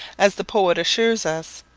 as the poet assures us.